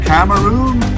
Cameroon